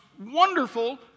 wonderful